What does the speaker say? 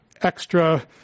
extra